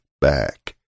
back